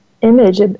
image